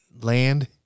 land